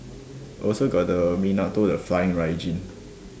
also got the Minato the flying